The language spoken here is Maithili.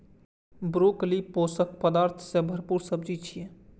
ब्रोकली पोषक पदार्थ सं भरपूर सब्जी छियै